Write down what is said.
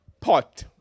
pot